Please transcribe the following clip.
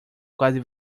quase